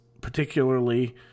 particularly